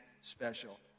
special